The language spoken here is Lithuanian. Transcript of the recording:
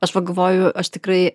aš pagalvoju aš tikrai